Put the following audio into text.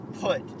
Put